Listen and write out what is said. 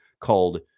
called